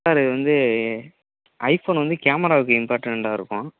sir இது வந்து iPhone வந்து கேமராவுக்கு இம்பார்ட்டண்ட்டாக இருக்கும்